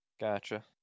Gotcha